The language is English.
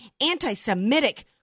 anti-Semitic